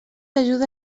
ajuda